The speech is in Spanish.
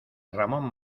ramón